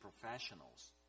Professionals